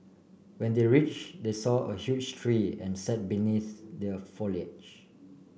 when they reached they saw a huge tree and sat beneath the foliage